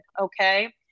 Okay